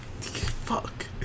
Fuck